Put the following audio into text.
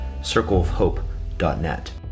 circleofhope.net